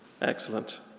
Excellent